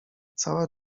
cała